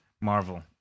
Marvel